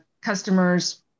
customers